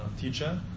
teacher